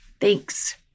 Thanks